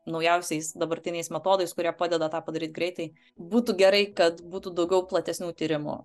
naujausiais dabartiniais metodais kurie padeda tą padaryt greitai būtų gerai kad būtų daugiau platesnių tyrimų